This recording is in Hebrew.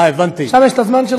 שם יש הזמן שלך.